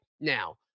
now